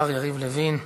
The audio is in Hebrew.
השר יריב לוין.